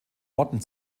motten